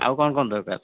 ଆଉ କ'ଣ କ'ଣ ଦରକାର